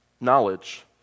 knowledge